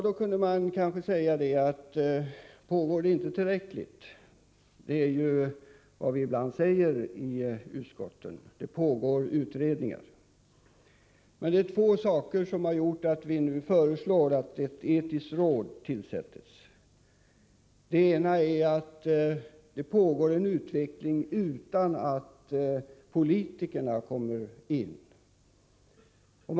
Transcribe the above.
Då kan man kanske fråga sig: Pågår det inte tillräckligt många utredningar? Vi i utskotten säger ju ibland: Det pågår utredningar. Det är två saker som gjort att vi nu föreslår att ett etiskt råd tillsätts. Den ena orsaken är att det pågår en utveckling utan att politikerna kommer in i sammanhanget.